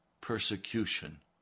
persecution